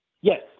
Yes